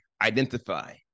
Identify